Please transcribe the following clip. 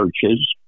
churches